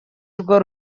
urwo